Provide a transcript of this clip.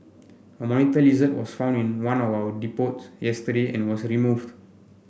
a monitor lizard was found in one of our depots yesterday and was removed